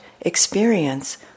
experience